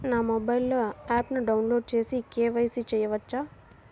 నా మొబైల్లో ఆప్ను డౌన్లోడ్ చేసి కే.వై.సి చేయచ్చా?